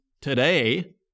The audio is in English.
today